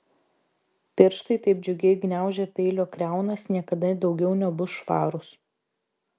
pirštai taip džiugiai gniaužę peilio kriaunas niekada daugiau nebus švarūs